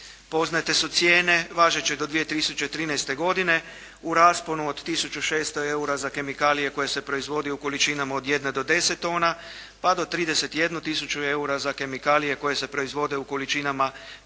Poznate su cijene važeće do 2013. godine u rasponu od tisuću 600 eura za kemikalije koje se proizvode u količinama od jedne do 10 tona pa do 31 tisuću eura za kemikalije koje se proizvode u količinama većim